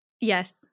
Yes